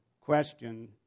question